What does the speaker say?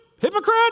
hypocrite